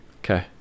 Okay